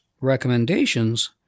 recommendations